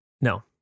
No